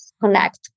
connect